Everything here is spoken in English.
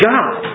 God